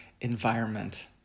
environment